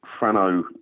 Frano